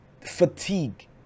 fatigue